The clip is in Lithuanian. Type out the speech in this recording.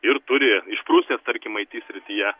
ir turi išprusęs tarkim it srityje